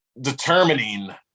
determining